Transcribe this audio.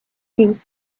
siit